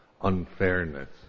unfairness